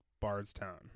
Bardstown